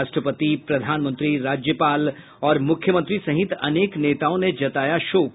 राष्ट्रपति प्रधानमंत्री राज्यपाल और मुख्यमंत्री सहित अनेक नेताओं ने जताया शोक